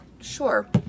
Sure